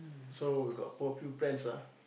so we got four few friends ah